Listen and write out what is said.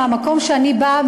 במקום שאני באה,